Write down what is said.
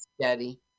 steady